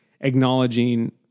acknowledging